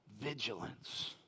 vigilance